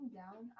down